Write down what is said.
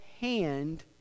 hand